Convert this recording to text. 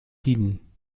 tiden